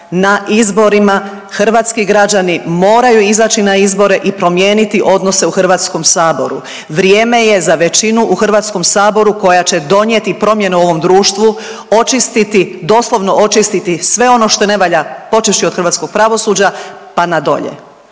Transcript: na izborima hrvatski građani moraju izaći na izbore i promijeniti odnose u HS-u, vrijeme je za većinu u HS-u koja će donijeti promjene ovom društvu, očistiti doslovno očistiti sve ono što ne valja počevši od hrvatskog pravosuđa pa na dolje.